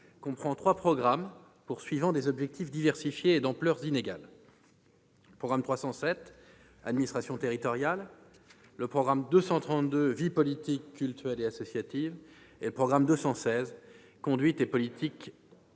comprend trois programmes ayant des objectifs diversifiés et d'ampleur inégale : le programme 307, « Administration territoriale »; le programme 232, « Vie politique, cultuelle et associative »; le programme 216, « Conduite et pilotage